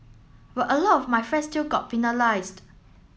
but a lot of my friends still got penalised